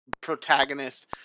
...protagonist